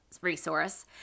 resource